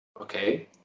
Okay